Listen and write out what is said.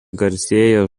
garsėja